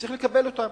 צריך לקבל אותם.